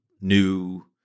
new